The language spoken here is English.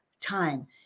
time